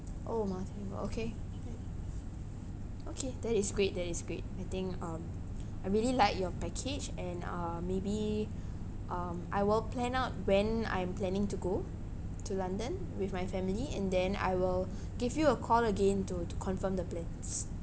oh multilingual okay okay that is great that is great I think um I really like your package and uh maybe um I will plan out when I'm planning to go to london with my family and then I will give you a call again to to confirm the plans